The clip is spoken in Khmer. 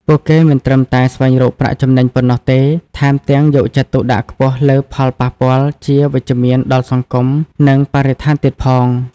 ពួកគេមិនត្រឹមតែស្វែងរកប្រាក់ចំណេញប៉ុណ្ណោះទេ ថែមទាំងយកចិត្តទុកដាក់ខ្ពស់លើផលប៉ះពាល់ជាវិជ្ជមានដល់សង្គម និងបរិស្ថានទៀតផង ។